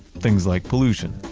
things like pollution,